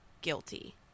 guilty